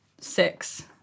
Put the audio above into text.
Six